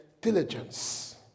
diligence